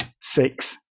six